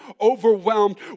overwhelmed